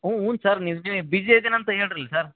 ಹ್ಞೂ ಹ್ಞೂಂ ಸರ್ ನೀವು ನೀವು ಬಿಝಿ ಇದ್ದೀನಂತ ಹೇಳ್ರಲ್ ಸರ್